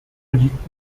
liegt